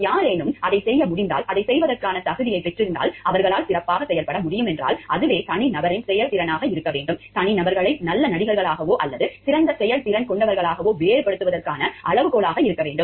யாரேனும் அதைச் செய்ய முடிந்தால் அதைச் செய்வதற்கான தகுதியைப் பெற்றிருந்தால் அவர்களால் சிறப்பாகச் செயல்பட முடியும் என்றால் அதுவே தனிநபரின் செயல்திறனாக இருக்க வேண்டும் தனி நபர்களை நல்ல நடிகராகவோ அல்லது சிறந்த செயல்திறன் கொண்டவராகவோ வேறுபடுத்துவதற்கான அளவுகோலாக இருக்க வேண்டும்